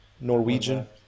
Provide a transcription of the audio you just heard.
Norwegian